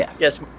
Yes